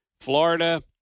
Florida